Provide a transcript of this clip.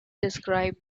described